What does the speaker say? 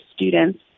students